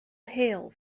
hail